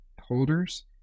holders